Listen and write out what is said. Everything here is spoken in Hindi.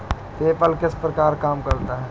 पेपल किस प्रकार काम करता है?